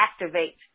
activate